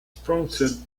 prompted